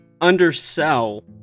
undersell